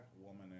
woman